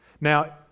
Now